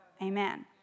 Amen